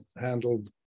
handled